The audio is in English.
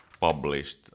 published